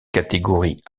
catégories